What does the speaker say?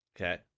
Okay